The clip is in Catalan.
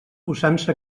usança